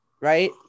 right